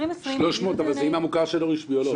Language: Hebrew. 300 זה עם המוכר שאינו רשמי או לא?